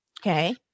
Okay